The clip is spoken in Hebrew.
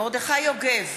מרדכי יוגב,